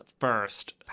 first